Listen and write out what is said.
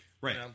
Right